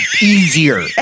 easier